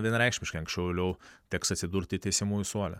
vienareikšmiškai anksčiau vėliau teks atsidurti teisiamųjų suole